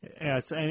Yes